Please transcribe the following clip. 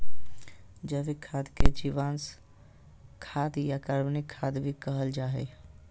जैविक खाद के जीवांश खाद या कार्बनिक खाद भी कहल जा हइ